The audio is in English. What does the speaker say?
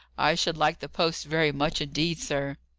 i should like the post very much indeed, sir.